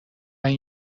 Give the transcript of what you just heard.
این